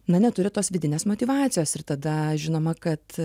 na neturi tos vidinės motyvacijos ir tada žinoma kad